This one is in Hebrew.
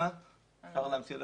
הגבייה, אני אציין בהקשר של